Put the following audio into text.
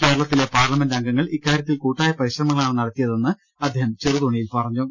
കേര ളത്തിലെ പാർലമെന്റ് അംഗങ്ങൾ ഇക്കാരൃത്തിൽ കൂട്ടായ പരിശ്രമ ങ്ങളാണ് നടത്തിയതെന്നും അദ്ദേഹം ചെറുതോണിയിൽ പറഞ്ഞു